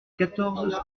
quatorze